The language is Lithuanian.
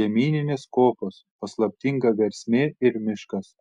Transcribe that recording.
žemyninės kopos paslaptinga versmė ir miškas